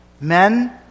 men